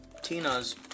Tina's